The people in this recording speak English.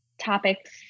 topics